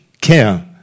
care